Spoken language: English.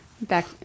back